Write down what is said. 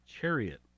chariot